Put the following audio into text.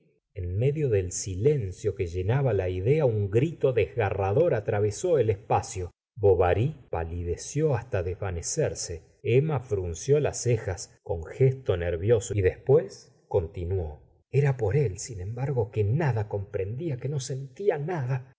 en medio del silencio que llenaba la idea un grito desgarrador atravesó el espacio bovary palideció hasta desvanecerse emma frunció las cejas con gesto nervioso y después continuó era por él sin embargo que nada comprendía que no sentía nada